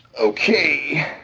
Okay